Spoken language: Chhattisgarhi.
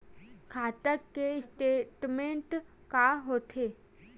खाता के स्टेटमेंट का होथे?